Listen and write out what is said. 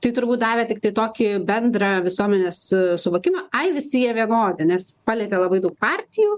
tai turbūt davė tiktai tokį bendrą visuomenės suvokimą ai visi jie vienodi nes palietė labai daug partijų